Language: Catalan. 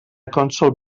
cònsol